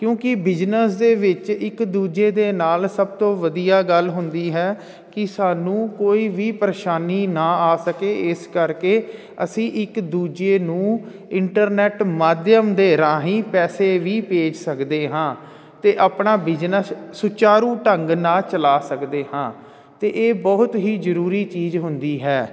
ਕਿਉਂਕਿ ਬਿਜ਼ਨਸ ਦੇ ਵਿੱਚ ਇੱਕ ਦੂਜੇ ਦੇ ਨਾਲ ਸਭ ਤੋਂ ਵਧੀਆ ਗੱਲ ਹੁੰਦੀ ਹੈ ਕਿ ਸਾਨੂੰ ਕੋਈ ਵੀ ਪਰੇਸ਼ਾਨੀ ਨਾ ਆ ਸਕੇ ਇਸ ਕਰਕੇ ਅਸੀਂ ਇੱਕ ਦੂਜੇ ਨੂੰ ਇੰਟਰਨੈੱਟ ਮਾਧਿਅਮ ਦੇ ਰਾਹੀਂ ਪੈਸੇ ਵੀ ਭੇਜ ਸਕਦੇ ਹਾਂ ਅਤੇ ਆਪਣਾ ਬਿਜਨਸ ਸੁਚਾਰੂ ਢੰਗ ਨਾਲ ਚਲਾ ਸਕਦੇ ਹਾਂ ਅਤੇ ਇਹ ਬਹੁਤ ਹੀ ਜ਼ਰੂਰੀ ਚੀਜ਼ ਹੁੰਦੀ ਹੈ